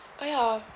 oh ya